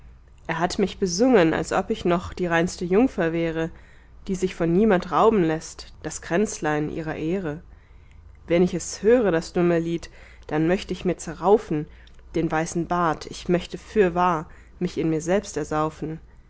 er hat mich besungen als ob ich noch die reinste jungfer wäre die sich von niemand rauben läßt das kränzlein ihrer ehre wenn ich es höre das dumme lied dann möcht ich mir zerraufen den weißen bart ich möchte fürwahr mich in mir selbst ersaufen